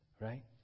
Right